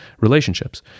relationships